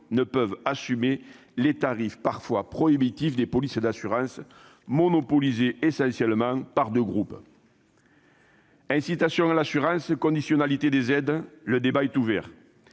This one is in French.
ne peuvent assumer les tarifs parfois prohibitifs des polices d'assurance, monopolisées essentiellement par deux groupes. Incitation à l'assurance, conditionnalité des aides : le débat est ouvert.